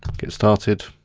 get started.